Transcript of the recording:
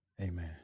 Amen